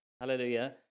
Hallelujah